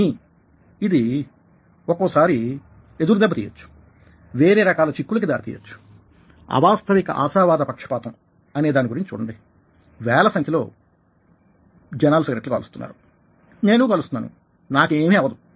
కానీ ఇది ఒక్కోసారి ఎదురుదెబ్బ తీయొచ్చు వేరే రకాల చిక్కుల కి దారి తీయవచ్చు అవాస్తవిక ఆశావాద పక్షపాతం అనేదాని గురించి చూడండివేల సంఖ్యలో జనాలు సిగరెట్లు కాలుస్తున్నారు నేనూ కాలుస్తున్నానునాకేమీ అవదు